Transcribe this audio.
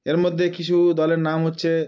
এর মধ্যে কিছু দলের নাম হচ্ছে